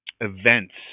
events